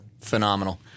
phenomenal